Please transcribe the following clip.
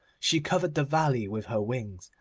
she covered the valley with her wings,